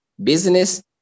business